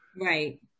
Right